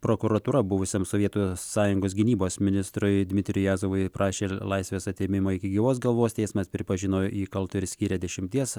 prokuratūra buvusiam sovietų sąjungos gynybos ministrui dmitrijui jazovui prašė ir laisvės atėmimo iki gyvos galvos teismas pripažino jį kaltu ir skyrė dešimties